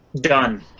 Done